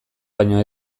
baino